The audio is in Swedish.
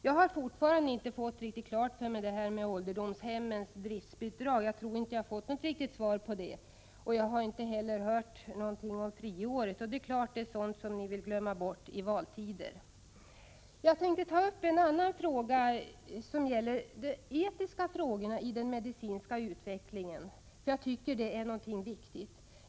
Jag har fortfarande inte fått riktigt klart för mig hur det förhåller sig med ålderdomshemmens driftbidrag. Jag tror inte att jag har fått något riktigt svar och har inte heller hört någonting om friåret. Det är klart att detta är sådant som ni vill glömma bort i valtider. Jag tänkte ta upp några etiska frågor när det gäller den medicinska utvecklingen, eftersom jag tycker att det är viktigt.